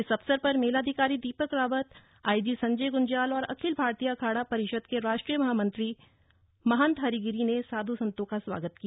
इस अवसर पर मेलाधिकारी दीपक रावत आईजी संजय गुंज्याल और अखिल भारतीय अखाड़ा परिषद के राष्ट्रीय महामंत्री महंत हरिगिरि ने साधू संतों का स्वागत किया